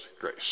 grace